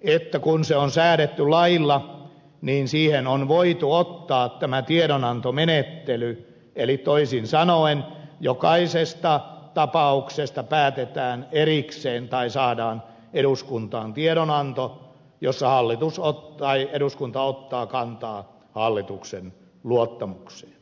että kun se on säädetty lailla niin siihen on voitu ottaa tämä tiedonantomenettely eli toisin sanoen jokaisesta tapauksesta päätetään erikseen tai saadaan eduskuntaan tiedonanto jossa eduskunta ottaa kantaa hallituksen luottamukseen